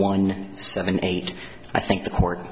one seven eight i think the co